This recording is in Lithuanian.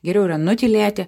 geriau yra nutylėti